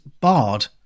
Bard